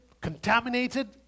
contaminated